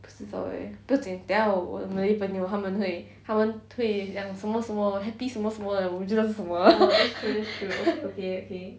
不知道 leh 不用紧等下我 malay 朋友他们会他们会讲什么什么 happy 什么什么的我们就知道是什么了